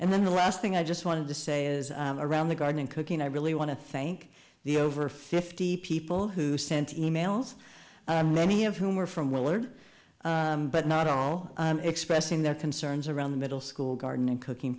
and then the last thing i just wanted to say is around the gardening cooking i really want to thank the over fifty people who sent e mails many of whom were from willard but not all expressing their concerns around the middle school gardening cooking